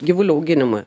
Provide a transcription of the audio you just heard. gyvulių auginimui